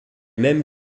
même